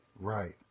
Right